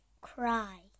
cry